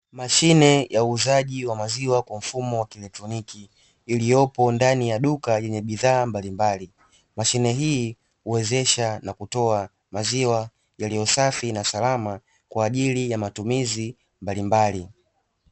Mashine ya uuzaji wa maziwa kwa mfumo wa kieletroniki iliyopo ndani ya duka lenye bidhaa mbalimbali. Mashine hii huwezesha na kutoa maziwa yaliyosafi na salama kwa ajili ya matumizi mbalimbali.